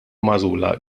magħżula